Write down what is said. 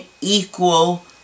equal